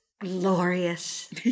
glorious